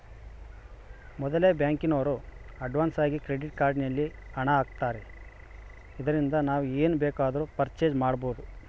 ಮೊದಲೆ ಬ್ಯಾಂಕಿನೋರು ಅಡ್ವಾನ್ಸಾಗಿ ಕ್ರೆಡಿಟ್ ಕಾರ್ಡ್ ನಲ್ಲಿ ಹಣ ಆಗ್ತಾರೆ ಇದರಿಂದ ನಾವು ಏನ್ ಬೇಕಾದರೂ ಪರ್ಚೇಸ್ ಮಾಡ್ಬಬೊದು